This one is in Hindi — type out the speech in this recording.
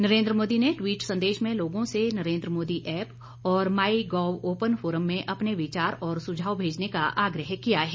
नरेन्द्र मोदी ने ट्वीट संदेश में लोगों से नरेन्द्र मोदी एप्प और माई गॉव ओपन फोरम में अपने विचार और सुझाव भेजने का आग्रह किया है